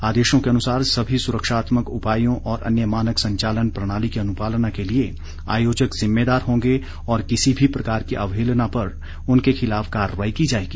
आदेशों के अनुसार सभी सुरक्षात्मक उपायों और अन्य मानक संचालन प्रणाली की अनुपालना के लिए आयोजक जिम्मेदार होंगे और किसी भी प्रकार की अवहेलना पर उनके खिलाफ कार्रवाई की जाएगी